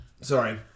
Sorry